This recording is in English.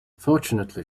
fortunately